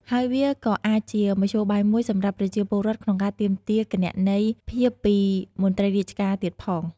ហើយវាក៏អាចជាមធ្យោបាយមួយសម្រាប់ប្រជាពលរដ្ឋក្នុងការទាមទារគណនេយ្យភាពពីមន្ត្រីរាជការទៀតផង។